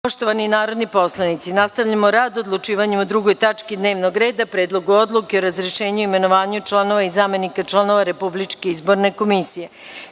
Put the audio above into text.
komisije. Poštovani narodni poslanici, nastavljamo rad odlučivanjem o 2. tački dnevnog reda – Predlogu odluke o razrešenju i imenovanju članova i zamenika članova Republičke izborne komisije. Kako